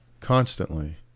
constantly